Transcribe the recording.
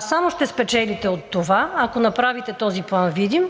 само ще спечелите от това, ако направите този план видим,